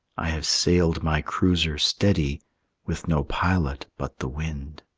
i have sailed my cruiser steady with no pilot but the wind.